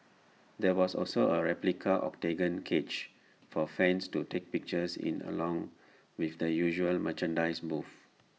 there was also A replica Octagon cage for fans to take pictures in along with the usual merchandise booths